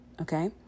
okay